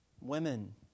women